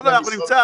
לא, לא, אנחנו נמצא,